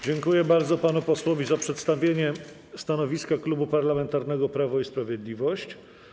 Dziękuję bardzo panu posłowi za przedstawienie stanowiska Klubu Parlamentarnego Prawo i Sprawiedliwość.